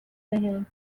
بهم